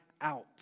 out